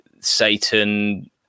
satan